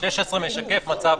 16 משקף מצב